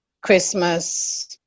christmas